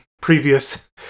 previous